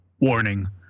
Warning